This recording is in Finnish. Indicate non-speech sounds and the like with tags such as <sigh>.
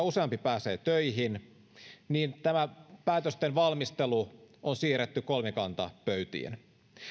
<unintelligible> useampi pääsee töihin tämä päätösten valmistelu on siirretty kolmikantapöytiin